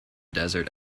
desert